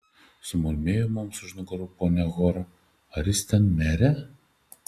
sumurmėjo mums už nugarų ponia hor ar jis ten mere